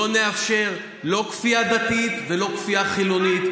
נאפשר לא כפייה דתית ולא כפייה חילונית.